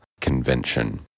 convention